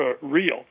real